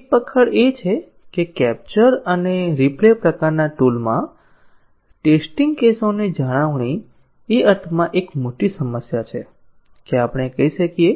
એક પકડ એ છે કે કેપ્ચર અને રિપ્લે પ્રકારનાં ટૂલમાં ટેસ્ટીંગ કેસોની જાળવણી એ અર્થમાં એક મોટી સમસ્યા છે કે આપણે કહીએ